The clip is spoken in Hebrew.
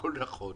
הכול נכון.